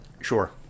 Sure